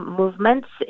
movements